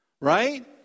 right